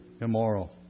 immoral